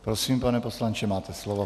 Prosím, pane poslanče, máte slovo.